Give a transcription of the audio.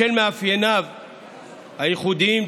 בשל מאפייניו הייחודיים,